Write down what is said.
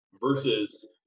Versus